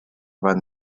run